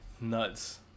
nuts